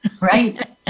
Right